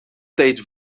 tijd